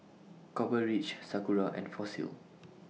Copper Ridge Sakura and Fossil